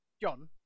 John